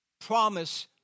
promise